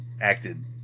acted